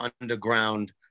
underground